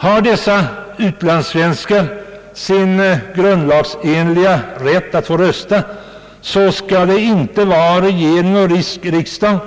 Har dessa utlandssvenskar grundlagsenlig rätt att rösta, skall inte regering och riksdag